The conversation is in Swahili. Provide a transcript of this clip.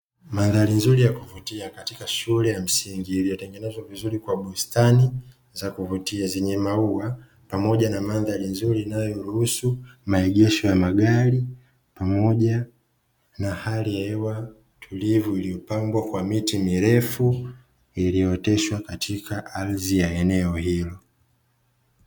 Mandhari nzuri ya kuvutia katika shule ya msingi iliyotengenezwa vizuri kwa bustani za kuvutia zenye maua pamoja na mandhari nzuri inayoruhusu maegesho ya magari, pamoja na hali ya hewa tulivu iliyopangwa kwa miti mirefu iliyooteshwa katika ardhi ya eneo hilo.